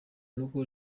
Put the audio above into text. nuko